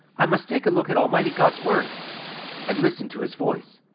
i must take a look at almighty god's word and listen to his voice.